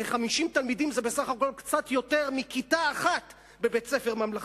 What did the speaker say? הרי 50 תלמידים זה בסך הכול קצת יותר מכיתה אחת בבית-ספר ממלכתי.